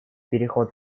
переход